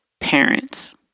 parents